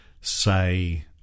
say